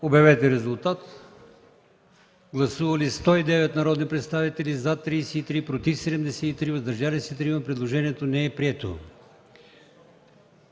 на гласуване. Гласували 109 народни представители: за 33, против 73, въздържали се 3. Предложението не е прието.